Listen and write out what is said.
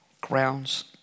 grounds